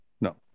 No